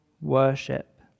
worship